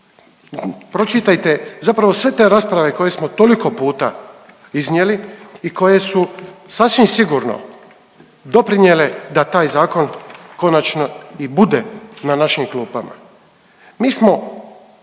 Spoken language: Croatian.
Pročitajte zapravo sve te rasprave koje smo toliko puta iznijeli i koje su sasvim sigurno doprinijele da taj zakon konačno i bude na našim klupama. Mi smo